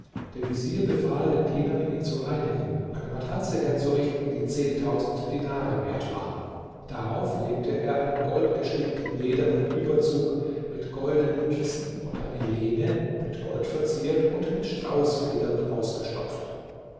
der vezier befahl den dienern ihn zu reinigen eine matratze herzurichten die zehntausend dinare wert war darauf legte er einen goldgestickten ledernen überzug mit goldenen kissen und eine lehne mit gold verziert und mit straußfedern ausgestopft